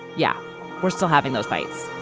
yeah we're still having those fights